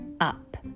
up